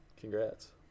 Congrats